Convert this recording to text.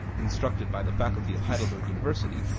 instructed by the faculty of heidelberg university,